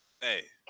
hey